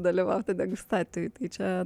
dalyvauti degustacijoj tai čia